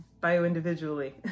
bio-individually